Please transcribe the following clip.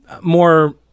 more